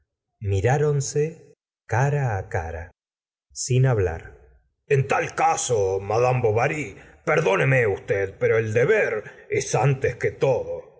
ensotanado miráronse cara cara sin hablar en tal caso mad bovary perdóneme usted pero el deber es antes que todo